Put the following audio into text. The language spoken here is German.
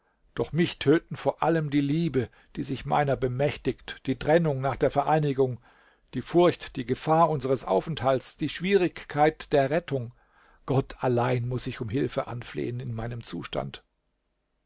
doch mich töten vor allem die liebe die sich meiner bemächtigt die trennung nach der vereinigung die furcht die gefahr unseres aufenthalts die schwierigkeit der rettung gott allein muß ich um hilfe anflehen in meinem zustand